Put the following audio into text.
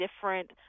different